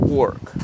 work